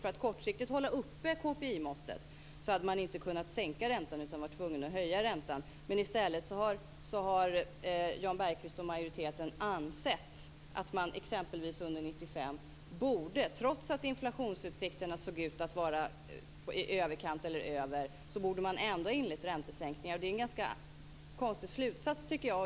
För att kortsiktigt hålla uppe KPI-måttet hade man inte kunnat sänka räntan utan varit tvungen att höja räntan. Men i stället har Jan Bergqvist och majoriteten ansett att man exempelvis under 1995 ändå borde, trots att inflationsutsikterna såg ut att vara i överkant, ha inlett räntesänkningar. Det är en ganska konstig slutsats tycker jag.